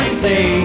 say